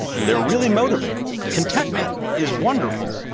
they're really motivating. contentment is wonderful.